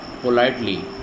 politely